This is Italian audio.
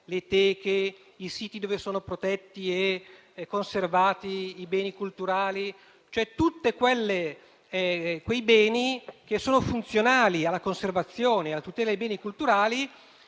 le teche e i siti dove sono protetti e conservati i beni culturali: tutti quei beni che sono funzionali alla conservazione e alla tutela dei beni culturali